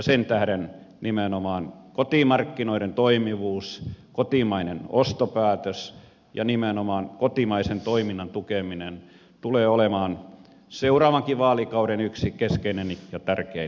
sen tähden nimenomaan kotimarkkinoiden toimivuus kotimainen ostopäätös ja nimenomaan kotimaisen toiminnan tukeminen tulevat olemaan seuraavankin vaalikauden yksi keskeinen ja tärkein asia